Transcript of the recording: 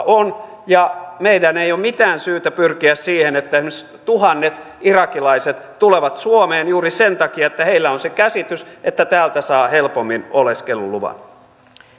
on ja meidän ei ole mitään syytä pyrkiä siihen että esimerkiksi tuhannet irakilaiset tulevat suomeen juuri sen takia että heillä on se käsitys että täältä saa helpommin oleskeluluvan